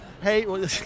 Hey